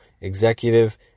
executive